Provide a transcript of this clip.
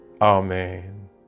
Amen